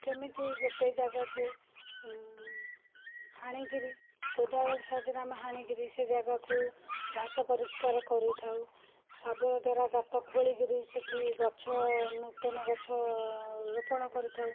କେମିତି ଗୋଟେ ଜାଗାକୁ ହାଣିକିରି କୋଦାଳ ସାହାଯ୍ୟରେ ଆମେ ହାଣିକିରି ସେ ଜାଗାକୁ ଘାସ ପରିସ୍କାର କରିଥାଉ ଶାବଳ ଦ୍ଵାରା ଗାତ ଖୋଳିକିରି ସେଇଠି ଗଛ ନୂତନ ଗଛ ରୋପଣ କରିଥାଉ